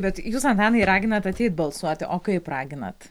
bet jūs antanai raginate ateiti balsuoti o kaip raginat